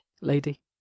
Lady